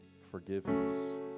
forgiveness